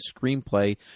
Screenplay